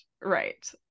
right